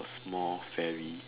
a small fairy